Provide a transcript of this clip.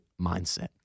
mindset